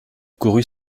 courut